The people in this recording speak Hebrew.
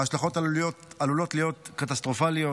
ההשלכות עלולות להיות קטסטרופליות.